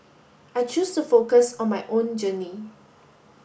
I choose to focus on my own journey